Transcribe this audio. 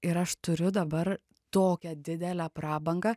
ir aš turiu dabar tokią didelę prabangą